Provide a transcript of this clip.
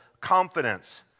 confidence